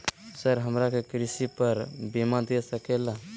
Sir हमरा के कृषि पर बीमा दे सके ला?